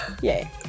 Yay